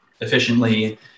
efficiently